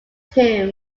him